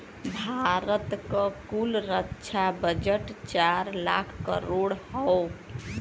भारत क कुल रक्षा बजट चार लाख करोड़ हौ